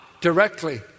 directly